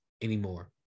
anymore